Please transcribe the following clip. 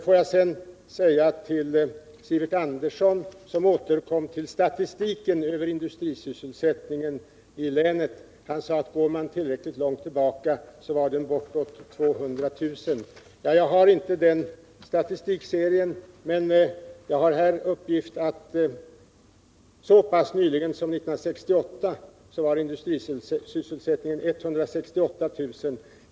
Låt mig sedan vända mig till Sivert Andersson, som återkom till statistiken över industrisysselsättningen i länet. Han sade att om man går tillräckligt långt tillbaka, så kan man finna att industrisysselsättningen var bortåt 200 000. Jag har inte nu tillgång till den statistikserien, men jag har här en uppgift om att så pass nyligen som 1968 var sysselsättningen 168 000.